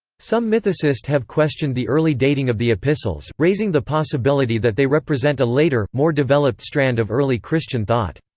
some mythicists have questioned the early dating of the epistles, raising the possibility that they represent a later, more developed strand of early christian thought.